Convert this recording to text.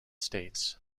states